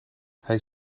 hij